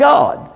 God